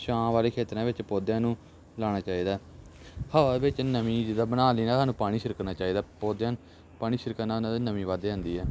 ਛਾਂ ਵਾਲੇ ਖੇਤਰਾਂ ਵਿੱਚ ਪੌਦਿਆਂ ਨੂੰ ਲਾਉਣਾ ਚਾਹੀਦਾ ਹਵਾ ਵਿੱਚ ਨਮੀ ਜਿੱਦਾ ਬਣਾਉਣ ਲਈ ਨਾ ਸਾਨੂੰ ਪਾਣੀ ਛਿੜਕਣਾ ਚਾਹੀਦਾ ਪੌਦਿਆਂ ਨੂੰ ਪਾਣੀ ਛਿੜਕਣ ਨਾਲ ਉਹਨਾਂ ਦੀ ਨਮੀ ਵੱਧ ਜਾਂਦੀ ਹੈ